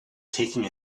taking